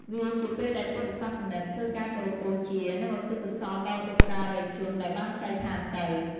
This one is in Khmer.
វាជាពេលដែលពុទ្ធសាសនិកធ្វើការគោរពបូជា និងឧទ្ទិសកុសលដល់បុព្វការីជនដែលបានចែកឋានទៅ ។